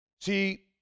See